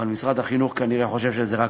אבל משרד החינוך כנראה חושב שזה רק